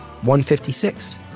156